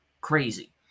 crazy